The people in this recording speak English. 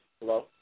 Hello